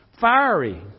Fiery